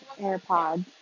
AirPods